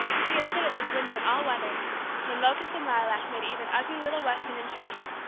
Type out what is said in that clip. she had stood at this window in all weathers when locust and lilac made even ugly little weston enchanting,